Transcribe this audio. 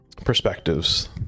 perspectives